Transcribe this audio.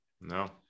no